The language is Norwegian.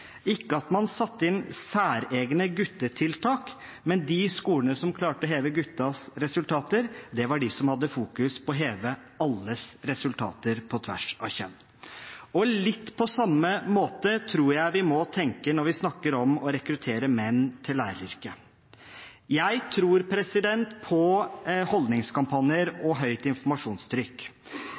ikke at man satte inn særegne guttetiltak, men de skolene som klarte å heve guttenes resultater, var de som hadde fokus på å heve alles resultater på tvers av kjønn. Litt på samme måte tror jeg vi må tenke når vi snakker om å rekruttere menn til læreryrket. Jeg tror på holdningskampanjer og høyt informasjonstrykk.